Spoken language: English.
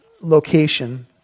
location